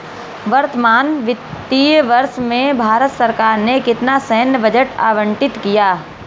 वर्तमान वित्तीय वर्ष में भारत सरकार ने कितना सैन्य बजट आवंटित किया?